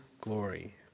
glory